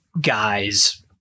guys